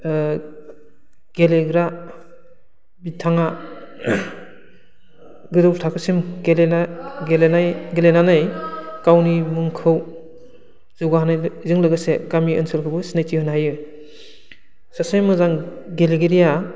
गेलेग्रा बिथाङा गोजौ थाखोसिम गेलेनो गेलेनाय गेलेनानै गावनि मुंखौ जौगाहोनायजों लोगोसे गामि ओनसोलखौबो सिनायथि होनो हायो सासे मोजां गेलेगिरिया